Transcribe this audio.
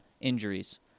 injuries